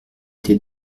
été